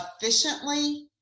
efficiently